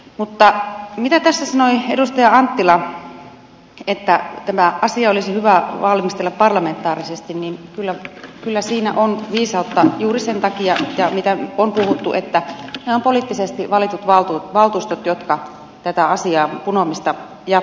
mutta mitä tässä sanoi edustaja anttila että tämä asia olisi hyvä valmistella parlamentaarisesti niin kyllä siinä on viisautta juuri sen takia mitä on puhuttu että nämä ovat poliittisesti valitut valtuustot jotka tätä asian punomista jatkavat